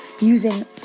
using